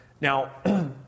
Now